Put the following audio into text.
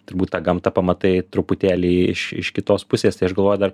turbūt tą gamtą pamatai truputėlį iš iš kitos pusės tai aš galvoju dar